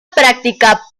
práctica